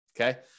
Okay